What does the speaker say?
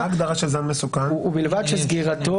ובלבד שסגירתו